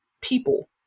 people